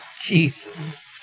Jesus